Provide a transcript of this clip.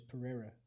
pereira